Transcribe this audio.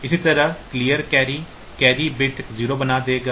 इसी तरह clear carry carry bit 0 बना देगा